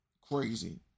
crazy